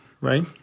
Right